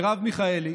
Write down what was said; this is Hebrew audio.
מרב מיכאלי,